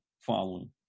following